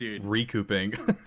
recouping